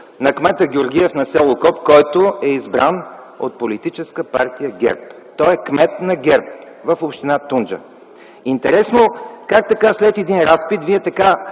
на кмета на с. Окоп – Георгиев, който е избран от Политическа партия ГЕРБ. Той е кмет на ГЕРБ в община Тунджа. Интересно как след един разпит Вие така